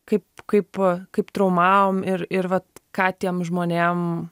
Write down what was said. kaip kaip kaip traumavom ir ir vat ką tiem žmonėm